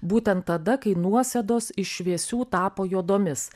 būtent tada kai nuosėdos iš šviesių tapo juodomis